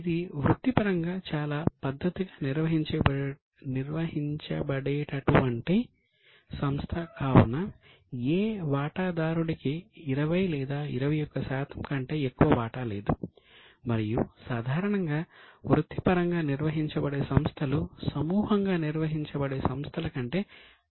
ఇది వృత్తిపరంగా చాలా పద్ధతిగా నిర్వహించబడేటువంటి సంస్థ కావున ఏ వాటాదారుడికి 20 లేదా 21 శాతం కంటే ఎక్కువ వాటాలేదు మరియు సాధారణంగా వృత్తిపరంగా నిర్వహించబడే సంస్థలు సమూహంగా నిర్వహించబడే సంస్థల కంటే మెరుగ్గా ఉంటాయనే వాదన ఉంది